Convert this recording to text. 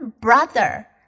brother